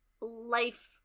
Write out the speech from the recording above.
life